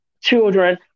children